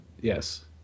Yes